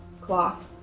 cloth